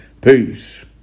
Peace